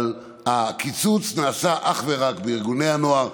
אבל הקיצוץ נעשה אך ורק בארגוני הנוער.